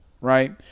right